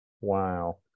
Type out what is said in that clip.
Wow